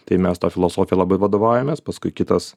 tai mes ta filosofija labai vadovaujamės paskui kitas